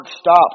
stop